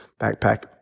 backpack